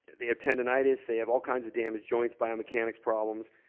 they have tendonitis, they have all kinds of damaged joints, biomechanics problems.